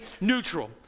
neutral